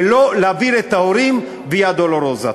ולא להעביר את ההורים ויה דולורוזה.